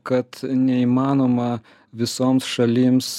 kad neįmanoma visoms šalims